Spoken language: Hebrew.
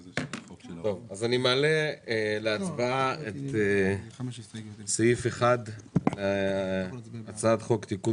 אני מעלה להצבעה את סעיף 1 בהצעת חוק תיקון